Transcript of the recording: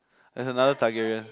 there's another Targaryen